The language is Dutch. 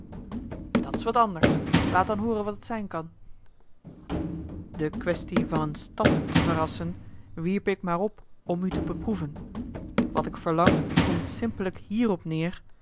dat is wat anders laat dan hooren wat het zijn kan de quaestie van eene stad te verrassen wierp ik maar op om u te beproeven wat ik verlang komt simpelijk hier op neêr